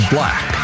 Black